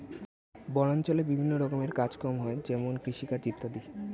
বনাঞ্চলে বিভিন্ন রকমের কাজ কম হয় যেমন কৃষিকাজ ইত্যাদি